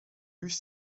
lus